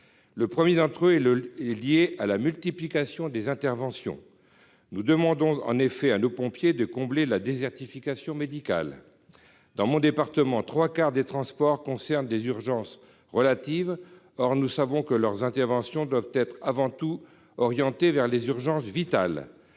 Le premier d'entre eux est lié à la multiplication des interventions. En effet, nous demandons à nos pompiers de combler la désertification médicale. Dans mon département, les trois quarts des transports qu'ils effectuent concernent des urgences relatives. Or, nous le savons, leurs interventions doivent être avant tout orientées vers les urgences vitales.